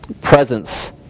presence